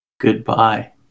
Goodbye